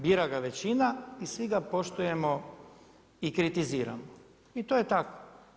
Bira ga većina i svi ga poštujemo i kritiziramo i to je tako.